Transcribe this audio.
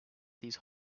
these